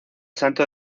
santo